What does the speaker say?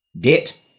debt